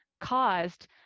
caused